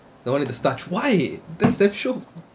the one with starch why that's damn shiok